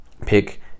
pick